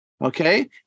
Okay